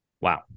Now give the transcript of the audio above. Wow